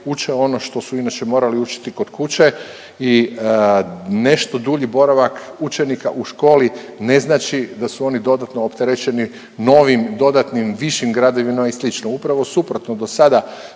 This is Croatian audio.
uče ono što su inače morali učiti kod kuće i nešto dulji boravak učenika u školi, ne znači da su oni dodatno opterećeni novim, dodatnim, višim gradivima i slično. Upravo suprotno, do sada